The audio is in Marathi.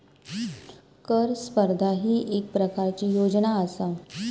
कर स्पर्धा ही येक प्रकारची योजना आसा